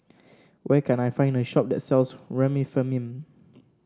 where can I find a shop that sells Remifemin